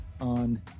on